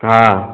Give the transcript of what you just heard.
हाँ